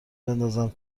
بندازم